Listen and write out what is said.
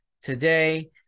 today